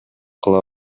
кыла